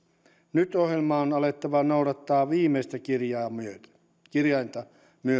nyt ohjelmaa on alettava noudattaa viimeistä kirjainta kirjainta myöten